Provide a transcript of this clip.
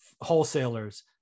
wholesalers